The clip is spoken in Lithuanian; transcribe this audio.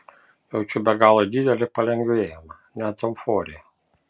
jaučiau be galo didelį palengvėjimą net euforiją